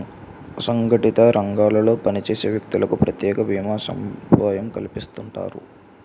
అసంగటిత రంగాల్లో పనిచేసే వ్యక్తులకు ప్రత్యేక భీమా సదుపాయం కల్పిస్తుంటారు